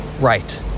Right